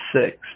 six